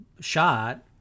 shot